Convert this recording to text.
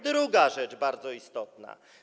Druga rzecz bardzo istotna.